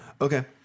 Okay